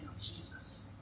Jesus